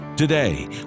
Today